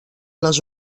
les